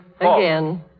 Again